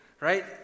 Right